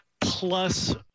plus